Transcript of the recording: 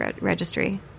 registry